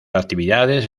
actividades